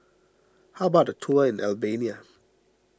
how about a tour in Albania